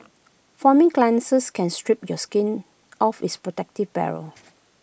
foaming cleansers can strip your skin of its protective barrier